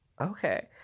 okay